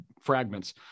fragments